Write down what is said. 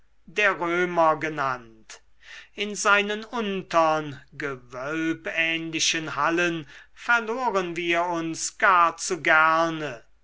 der römer genannt in seinen untern gewölbähnlichen hallen verloren wir uns gar zu gerne